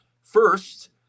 first